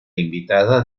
invitada